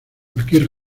cualquier